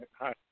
Hi